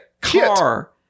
car